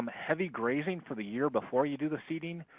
um heavy grazing for the year before you do the seeding.